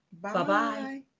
Bye-bye